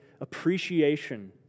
appreciation